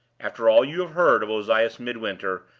after all you have heard of ozias midwinter,